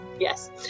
yes